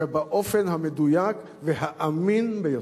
ובאופן המדויק והאמין ביותר.